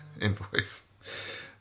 Invoice